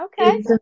Okay